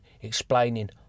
explaining